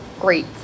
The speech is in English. great